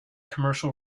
commercial